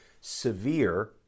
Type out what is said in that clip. severe